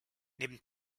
neben